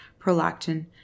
prolactin